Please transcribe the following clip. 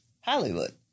Hollywood